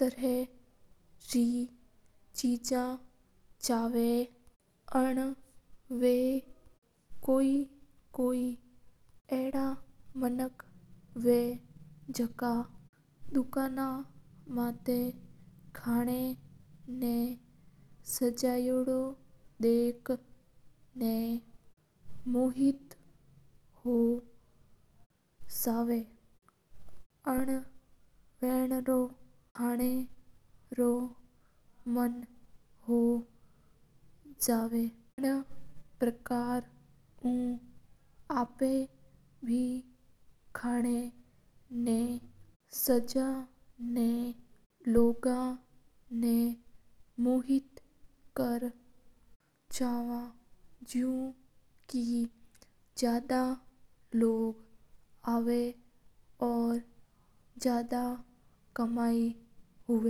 थेरा रै चर्चा छेवा कई कई अदा माणक हवे। जेका दुखेना माथा खेनां ना डकेण मोस्ट हो जवा। उन रो खेनो रो मन हो जवा अणु आपा बे खेनां ना सजेणा लोका ना मोइत कर सका ह।